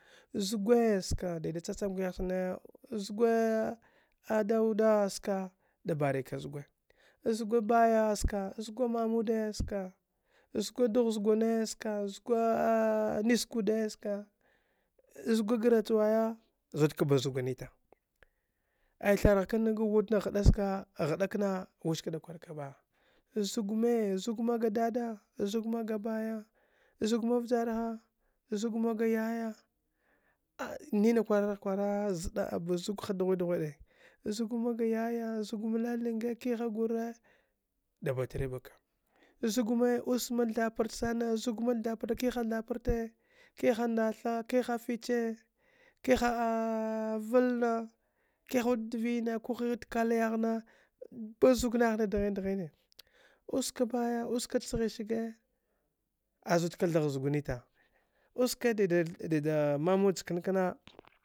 Zgwe ska dida cha cham ka yah chane zgwe a dauda ska da bari ka zgwa zgwa baaya ska zgwa mmude ska zgwa dugh zugune ska zgwa nis kude ska zgwa grach waya zud ka baz gw nita ay thar gha kan ga ghaɗa kna wiski da kwar kaba zugme zugma ga dada zuma ga baaya zug ma vjarha zug ma ga yaya a nina kwar ghigh kwara zɗa a bazuha dghwiɗ dghwide zug ma ga yaya zug ma lalinge kiha gure da batri baka zug me ousma ɗa thapart sana zugma da thapart kiha dgthaparte kiha ndaatha kiha fiche kiha valna kiha wuɗ dvina ku kiha wuɗ dkal yagh dvina ku kiha wud dk al yagh na ba zug nah ni dghin dghine ouska baya oska da sghi sage azud kathagh zugwa nita oska dida mamud chkankna